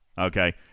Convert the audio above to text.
okay